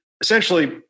essentially